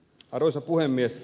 arvoisa puhemies